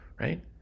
right